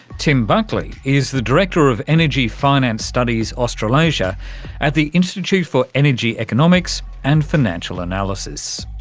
tim buckley is the director of energy finance studies australasia at the institute for energy economics and financial analysis.